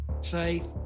safe